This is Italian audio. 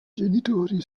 genitori